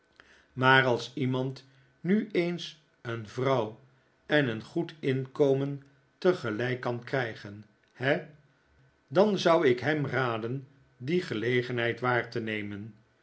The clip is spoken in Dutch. maar als iemand nu eens een vrouw en een goed inkomen tegelijk kan krijgen he dan zou ik hem raden die gelegenheid waar te nemen